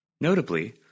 notably